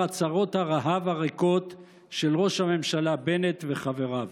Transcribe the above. הצהרות הרהב הריקות של ראש הממשלה בנט וחבריו.